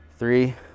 Three